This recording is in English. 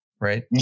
right